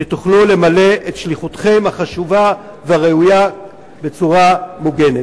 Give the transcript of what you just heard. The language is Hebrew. כדי שתוכלו למלא את שליחותכם החשובה והראויה בצורה הוגנת.